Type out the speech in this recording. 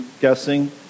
guessing